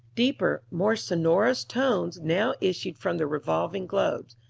deeper, more sonorous tones now issued from the revolving globes,